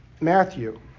Matthew